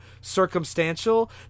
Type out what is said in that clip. circumstantial